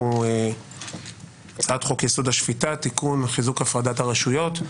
הוא הצעת חוק-יסוד: השפיטה (תיקון חיזוק הפרדת הרשויות).